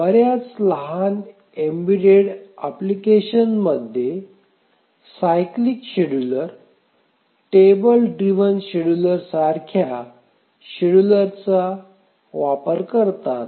बर्याच लहान embedded application ् cyclic scheduler table drive scheduler सारख्या शेड्यूलरचा table driven schedulers वापर करतात